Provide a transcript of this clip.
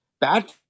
bad